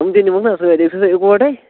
تِم تہِ نِمو نا سٍتۍ أسۍ گژھو اِکوٹے